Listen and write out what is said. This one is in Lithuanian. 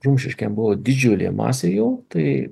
rumšiškėm buvo didžiulė masė jų tai